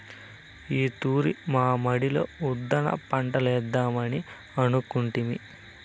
ఈ తూరి మా మడిలో ఉద్దాన పంటలేద్దామని అనుకొంటిమి